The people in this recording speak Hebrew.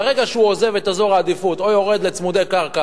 ברגע שהוא עוזב את אזור העדיפות או יורד לצמודי קרקע,